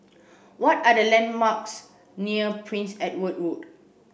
what are the landmarks near Prince Edward Road